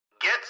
Get